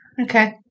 Okay